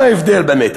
מה ההבדל, באמת?